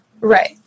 Right